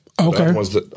Okay